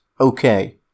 Okay